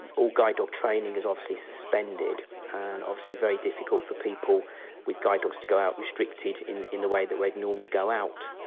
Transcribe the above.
and all guide dog training is obviously suspended and obviously very difficult for people with guide dogs to go out, restricted, in in the way that we'd normally go out.